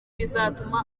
bizatuma